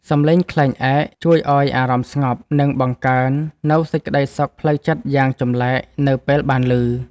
សំឡេងខ្លែងឯកជួយឱ្យអារម្មណ៍ស្ងប់ និងបង្កើននូវសេចក្ដីសុខផ្លូវចិត្តយ៉ាងចម្លែកនៅពេលបានឮ។